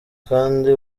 kandi